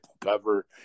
cover